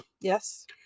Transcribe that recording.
Yes